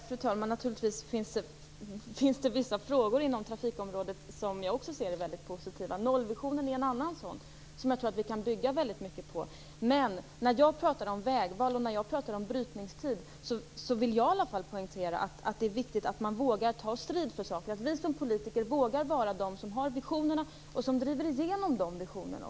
Fru talman! Naturligtvis finns det vissa frågor inom trafikområdet som även jag ser är positiva. Nollvisionen är en annan sådan som jag tror att vi kan bygga väldigt mycket på. Men när jag talar om vägval, och när jag talar om brytningstid, så vill jag i alla fall poängtera att det är viktigt att man vågar ta strid för saker. Det är viktigt att vi som politiker vågar vara dem som har visionerna och som också driver igenom dessa visioner.